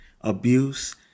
abuse